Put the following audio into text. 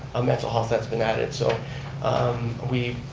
a mental health that's been added. so we,